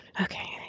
Okay